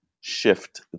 shift